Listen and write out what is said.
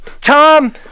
Tom